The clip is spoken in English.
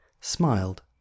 smiled